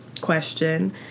question